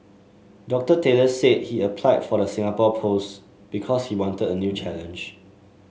Doctor Taylor said he applied for the Singapore post because he wanted a new challenge